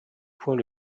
point